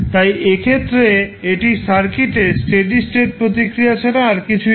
তাই এক্ষেত্রে এটি সার্কিটের স্টেডি স্টেট প্রতিক্রিয়া ছাড়া আর কিছুই না